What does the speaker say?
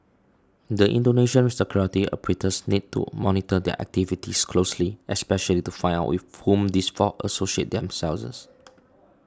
the Indonesian security apparatus needs to monitor their activities closely especially to find out with whom these four associate themselves